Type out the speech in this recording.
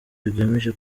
bigamije